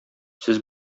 сез